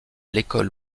l’école